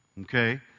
okay